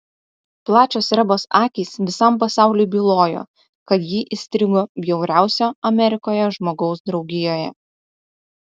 plačios rebos akys visam pasauliui bylojo kad ji įstrigo bjauriausio amerikoje žmogaus draugijoje